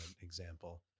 example